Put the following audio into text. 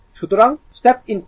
সুতরাং I হল step input